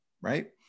right